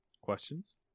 Questions